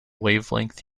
wavelength